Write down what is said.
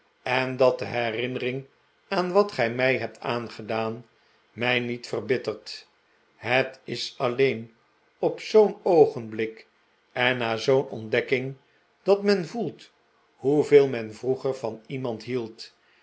en dat de herinnering aan wat gij mij hebt aangedaan mij niet verbittert het is alleen op zoo'n oogenblik en na zoo'n ontdekking dat men voelt hoeveel men vroeger van iemand hield